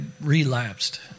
relapsed